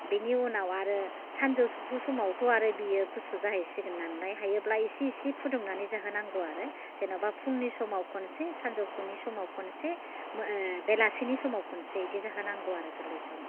बेनि उनाव आरो सानजौफु समावथ' आरो बेयो गुसु जाहैसिगोन नालाय हायोब्ला एसे एसे फुदुंनानै जाहोनांगौ आरो जेनेबा फुंनि समाव खनसे सानजौफुनि समाव खनसे बेलासिनि समाव खनसे बिदि जाहोनांगौ आरो गोरलै समाव